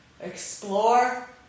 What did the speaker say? Explore